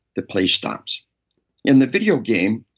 the play stops in the video game,